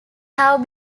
have